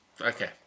Okay